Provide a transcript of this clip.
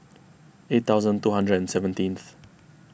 eight thousand two hundred and seventeenth